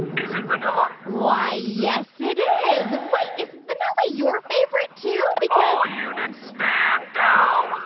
is it vanilla? why, yes it is wait. is vanilla your favorite, too? because. all units stand down.